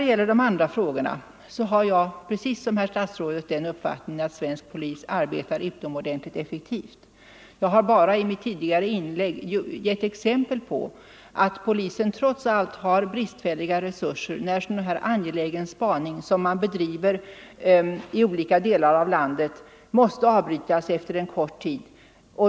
Beträffande de andra frågorna har jag, precis som herr statsrådet, den uppfattningen att svensk polis arbetar utomordentligt effektivt. Jag har bara i mitt tidigare inlägg gett exempel på att polisen trots allt har bristfälliga resurser när sådan angelägen spaning, som man bedriver i olika delar av landet, måste avbrytas efter kort tid.